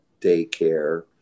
daycare